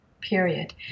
period